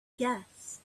guess